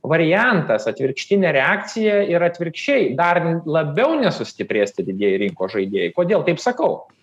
variantas atvirkštinė reakcija ir atvirkščiai dar labiau nesustiprės tie didieji rinkos žaidėjai kodėl taip sakau